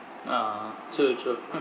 ah church of